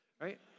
right